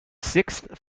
sixth